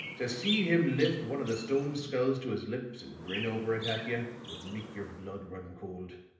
to see him lift one of the stone skulls to his lips and grin over it at you, would make your blood run cold.